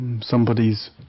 somebody's